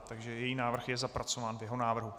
Takže její návrh je zapracován v jeho návrhu.